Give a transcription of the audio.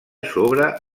sobre